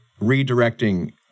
redirecting